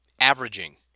Averaging